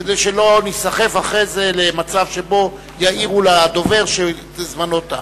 כדי שלא ניסחף אחר כך למצב שבו יעירו לדובר שזמנו תם.